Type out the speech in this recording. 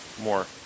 more